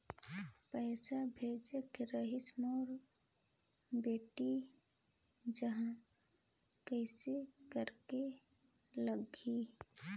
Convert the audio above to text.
पइसा भेजेक रहिस मोर बेटी जग कइसे करेके लगही?